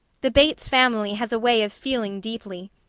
the bates family has a way of feeling deeply.